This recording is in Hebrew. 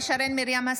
(קוראת בשם חברת הכנסת) שרן מרים השכל,